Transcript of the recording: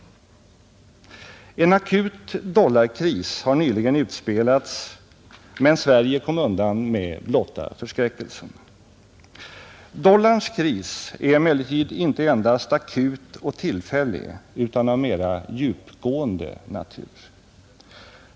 En akut dollarkris har nyligen utspelats, men Sverige kom undan med blotta förskräckelsen. Dollarns kris är emellertid inte endast akut och tillfällig utan av mera djupgående natur.